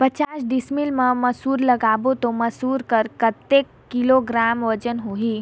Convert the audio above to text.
पचास डिसमिल मा मसुर लगाबो ता मसुर कर कतेक किलोग्राम वजन होही?